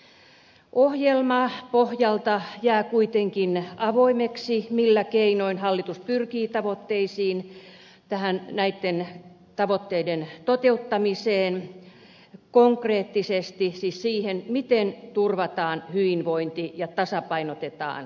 ohjelman pohjalta jää kuitenkin avoimeksi millä keinoin hallitus pyrkii tavoitteisiin näitten tavoitteiden toteuttamiseen konkreettisesti siis siihen miten turvataan hyvinvointi ja tasapainotetaan talous